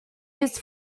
used